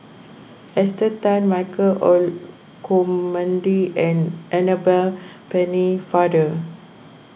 Esther Tan Michael Olcomendy and Annabel Pennefather